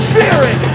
Spirit